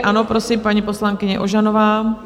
Ano, prosím, paní poslankyně Ožanová.